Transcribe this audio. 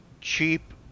cheap